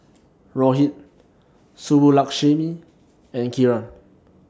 Rohit Subbulakshmi and Kiran